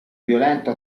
violento